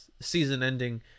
season-ending